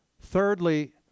Thirdly